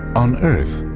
on earth,